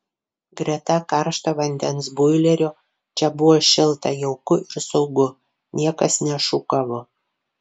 greta karšto vandens boilerio čia buvo šilta jauku ir saugu niekas nešūkavo